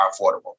affordable